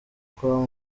com